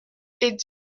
est